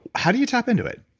how do you tap into it?